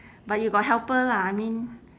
but you got helper lah I mean